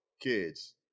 kids